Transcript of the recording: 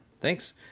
thanks